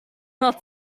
not